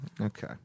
Okay